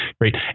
great